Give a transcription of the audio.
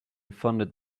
funded